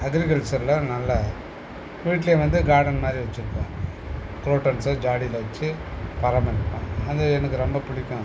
அக்ரிகல்ச்சரில் நல்ல வீட்லையும் வந்து கார்டன் மாரி வச்சிருப்போம் க்ரோட்டன்ஸை ஜாடியில வச்சி பராமரிப்பேன் அது எனக்கு ரொம்ப பிடிக்கும்